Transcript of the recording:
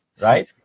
Right